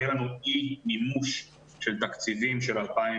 יהיה לנו אי מימוש של תקציבים של 2020